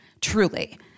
truly